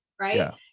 right